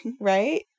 right